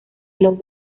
los